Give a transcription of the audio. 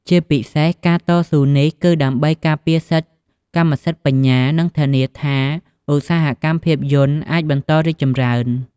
ជាពិសេសការតស៊ូនេះគឺដើម្បីការពារសិទ្ធិកម្មសិទ្ធិបញ្ញា និងធានាថាឧស្សាហកម្មភាពយន្តអាចបន្តរីកចម្រើន។